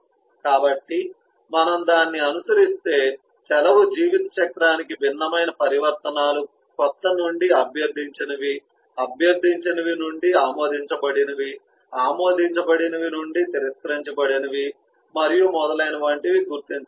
కాబట్టి మనము దానిని అనుసరిస్తే సెలవు జీవితచక్రానికి భిన్నమైన పరివర్తనాలు కొత్త నుండి అభ్యర్థించినవి అభ్యర్థించినవి నుండి ఆమోదించబడినవి ఆమోదించబడినవి నుండి తిరస్కరించబడినవి మరియు మొదలైన వంటివి గుర్తించగలము